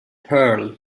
pearl